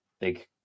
big